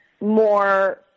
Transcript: more